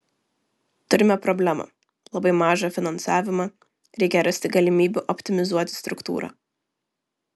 turime problemą labai mažą finansavimą reikia rasti galimybių optimizuoti struktūrą